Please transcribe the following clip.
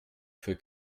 für